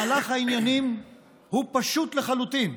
מהלך העניינים הוא פשוט לחלוטין: